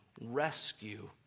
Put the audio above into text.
rescue